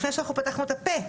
לפני שאנחנו פתחנו את הפה.